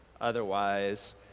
otherwise